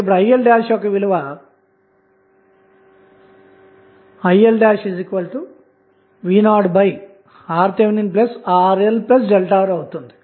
అప్పుడు IL' యొక్క విలువ అన్నది IL'V0RThRLΔR అవుతుంది